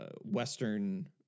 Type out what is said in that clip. western